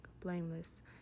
blameless